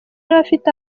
n’abafite